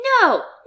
No